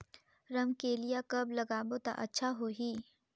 रमकेलिया कब लगाबो ता अच्छा होही?